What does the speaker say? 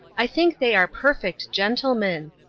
i think they are perfect gentlemen.